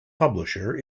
publisher